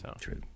true